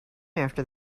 after